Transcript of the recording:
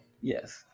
Yes